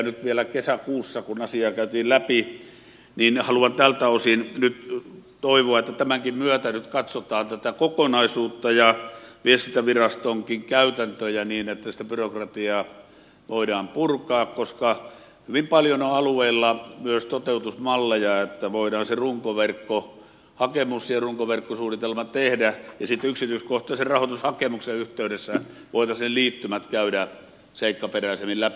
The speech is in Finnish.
nyt vielä kesäkuussa asiaa käytiin läpi ja haluan tältä osin nyt toivoa että tämänkin myötä nyt katsotaan kokonaisuutta ja viestintävirastonkin käytäntöjä niin että sitä byrokratiaa voidaan purkaa koska hyvin paljon on alueilla myös toteutusmalleja niin että voidaan runkoverkkohakemus ja runkoverkkosuunnitelma tehdä ja sitten yksityiskohtaisen rahoitushakemuksen yhteydessä voitaisiin liittymät käydä seikkaperäisemmin läpi